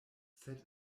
sed